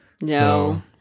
No